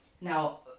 Now